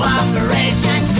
operation